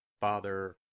Father